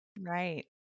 Right